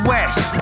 West